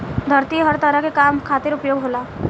धरती हर तरह के काम खातिर उपयोग होला